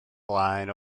flaen